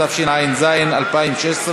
התשע"ז 2016,